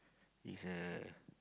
is uh